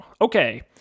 Okay